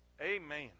Amen